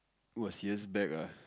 was years back ah